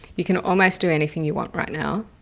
you can almost do anything you want right now.